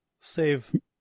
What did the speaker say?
save